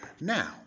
Now